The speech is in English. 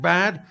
Bad